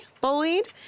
bullied